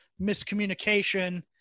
miscommunication